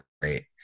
great